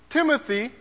Timothy